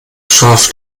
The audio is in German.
scharf